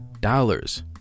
dollars